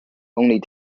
only